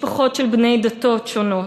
משפחות של בני דתות שונות.